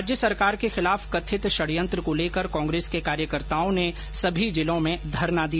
राज्य सरकार के खिलाफ कथित षडयंत्र को लेकर कांग्रेस के कार्यकर्ताओं ने सभी जिलों में धरना दिया